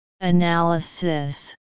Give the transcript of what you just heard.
analysis